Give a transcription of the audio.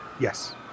Yes